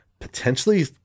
potentially